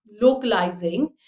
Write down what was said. localizing